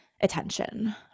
attention